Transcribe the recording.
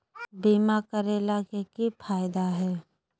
बीमा करैला के की फायदा है?